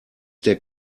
der